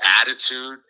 attitude –